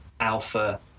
Alpha